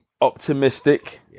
optimistic